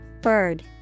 Bird